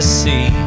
see